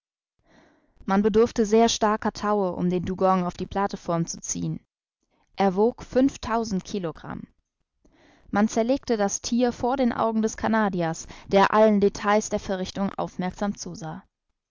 man bedurfte sehr starker taue um den dugong auf die plateform zu ziehen er wog fünftausend kilogramm man zerlegte das thier vor den augen des canadiers der allen details der verrichtung aufmerksam zusah